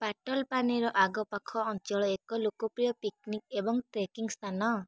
ପାଟଲପାନିର ଆଗପାଖ ଅଞ୍ଚଳ ଏକ ଲୋକପ୍ରିୟ ପିକ୍ନିକ୍ ଏବଂ ଟ୍ରେକିଂ ସ୍ଥାନ